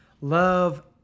love